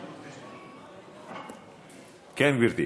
כן, גברתי.